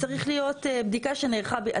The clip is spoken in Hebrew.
צריך להיות בדיקה שנערכה,